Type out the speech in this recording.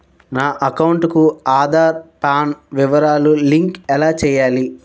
నా అకౌంట్ కు ఆధార్, పాన్ వివరాలు లంకె ఎలా చేయాలి?